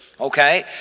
okay